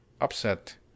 Upset